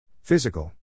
Physical